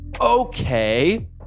okay